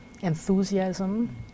enthusiasm